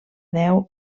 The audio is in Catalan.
deu